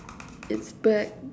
it's back